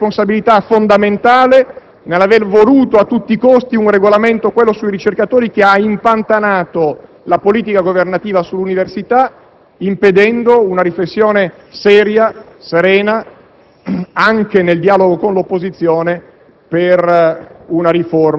è una componente dell'attuale Partito democratico al Governo che ha una responsabilità fondamentale per aver voluto a tutti i costi un Regolamento, quello sui ricercatori, che ha impantanato la politica governativa sull'università, impedendo una riflessione seria, serena,